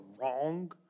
wrong